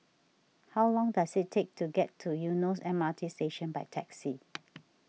how long does it take to get to Eunos M R T Station by taxi